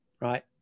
Right